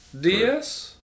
DS